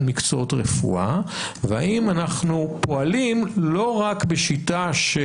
במקצועות רפואה והאם אנחנו פועלים לא רק בשיטה של